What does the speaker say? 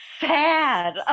sad